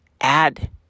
add